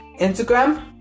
Instagram